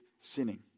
sinning